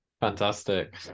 fantastic